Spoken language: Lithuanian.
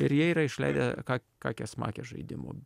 ir jie yra išleidę ka kakės makės žaidimų